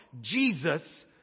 Jesus